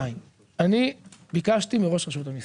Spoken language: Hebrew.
ועדיין, ביקשתי מראש רשות המיסים,